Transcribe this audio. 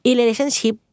relationship